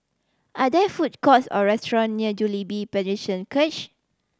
are there food courts or restaurant near Jubilee Presbyterian Church